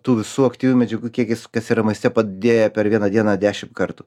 tų visų aktyviųjų medžiagų kiekis kas yra maiste padidėja per vieną dieną dešim kartų